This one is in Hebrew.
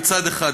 מצד אחד,